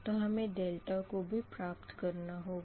तो हमें को भी प्राप्त करना होगा